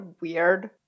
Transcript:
weird